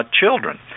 children